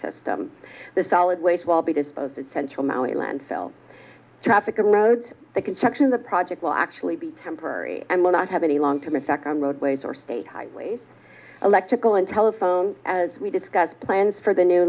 system the solid waste will be disposed of central maui landfill traffic and road construction the project will actually be temporary and will not have any long term effect on roadways or state highways electrical and telephone as we discussed plans for the new